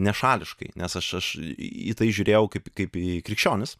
nešališkai nes aš aš į tai žiūrėjau kaip kaip į krikščionis